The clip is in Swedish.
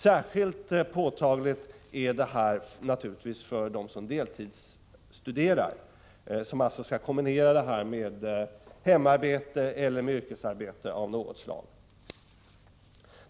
Särskilt påtagligt är det här naturligtvis för dem som deltidsstuderar, som alltså skall kombinera studierna med hemarbete eller yrkesarbete av något slag.